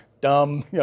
dumb